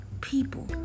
people